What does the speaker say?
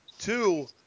Two